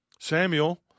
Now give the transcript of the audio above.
Samuel